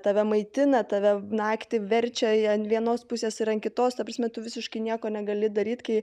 tave maitina tave naktį verčia ant vienos pusės ir ant kitos ta prasme tu visiškai nieko negali daryt kai